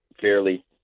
fairly